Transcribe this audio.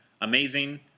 amazing